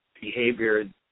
behavior